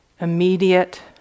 immediate